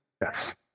Yes